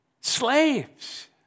slaves